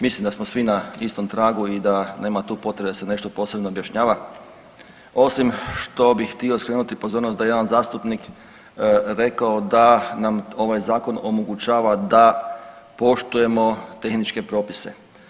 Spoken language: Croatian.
Mislim da smo svi na istom tragu i da nema tu potrebe da se nešto posebno objašnjava osim što bi htio skrenuti pozornost da je jedan zastupnik rekao da nam ovaj zakon omogućava da poštujemo tehničke propise.